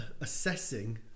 assessing